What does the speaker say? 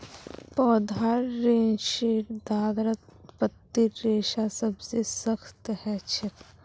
पौधार रेशेदारत पत्तीर रेशा सबसे सख्त ह छेक